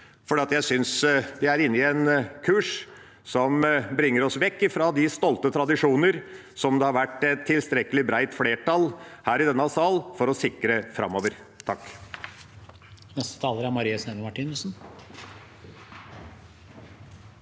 jeg synes vi er inne på en kurs som bringer oss vekk fra de stolte tradisjoner som det har vært tilstrekkelig bredt flertall for i denne sal for å sikre framover. Marie